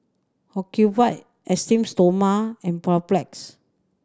Ocuvite Esteem Stoma and Papulex